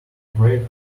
break